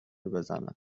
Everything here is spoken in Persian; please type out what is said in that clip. بزند